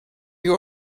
you